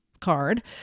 card